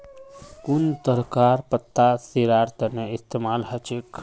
कुन तरहकार पत्ता रेशार तने इस्तेमाल हछेक